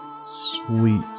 sweet